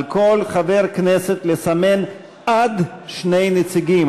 על כל חבר כנסת לסמן עד שני נציגים,